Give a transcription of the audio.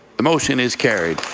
the motion is carried.